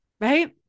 Right